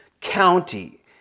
county